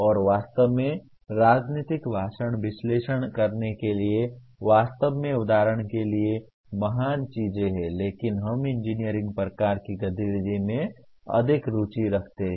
और वास्तव में राजनीतिक भाषण विश्लेषण करने के लिए वास्तव में उदाहरण के लिए महान चीजें हैं लेकिन हम इंजीनियरिंग प्रकार की गतिविधि में अधिक रुचि रखते हैं